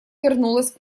вернулась